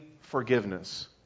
forgiveness